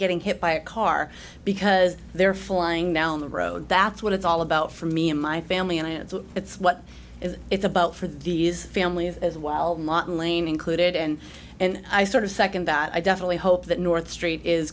getting hit by a car because they're flying down the road that's what it's all about for me and my family and that's what it is about for these families as well martin lane included and then i sort of second that i definitely hope that north street is